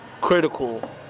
critical